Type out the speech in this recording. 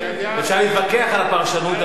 אפשר להתווכח על הפרשנות,